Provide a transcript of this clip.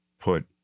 put